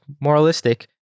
moralistic